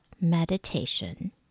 meditation